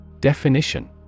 Definition